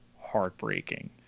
heartbreaking